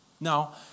Now